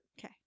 Okay